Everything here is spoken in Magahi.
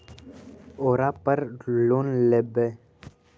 ओरापर लोन लेवै?